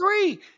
three